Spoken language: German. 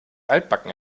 altbacken